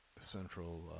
central